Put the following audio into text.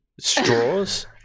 straws